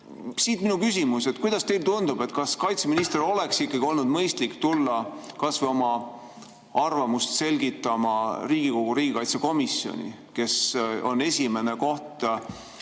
Siit minu küsimus: kuidas teile tundub, kas kaitseministril oleks ikkagi olnud mõistlik tulla oma arvamust selgitama Riigikogu riigikaitsekomisjoni, mis on esimene koht